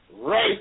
right